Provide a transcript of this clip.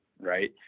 right